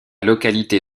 localité